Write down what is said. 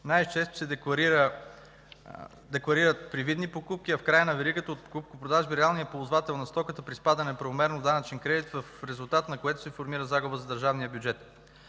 Най-често се декларират привидни покупки, а в края на веригата от покупко-продажби реалният ползвател на стоката приспада неправомерно данъчен кредит, в резултат на което се формира загуба за държавния бюджет.